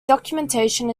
documentation